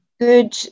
good